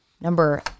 number